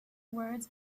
words